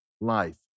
life